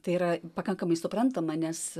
tai yra pakankamai suprantama nes